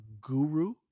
guru